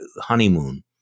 honeymoon